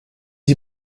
die